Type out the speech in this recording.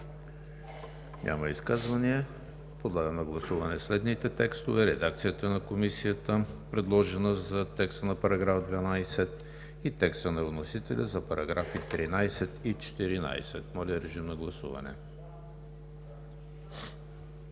Няма изказвания. Подлагам на гласуване следните текстове: редакцията на Комисията, предложена за текста на § 12, и текста на вносителя за параграфи 13 и 14. Гласували